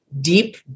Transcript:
deep